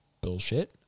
bullshit